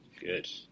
good